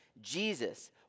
Jesus